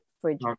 fridge